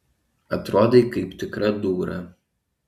atrodai kaip tikra dūra